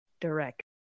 direct